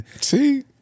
See